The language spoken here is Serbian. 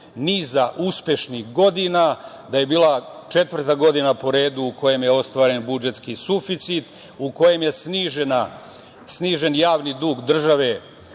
niza uspešnih godina, da je bila četvrta godina po redu u kojem je ostvaren budžetski suficit, u kojem je snižen javni dug države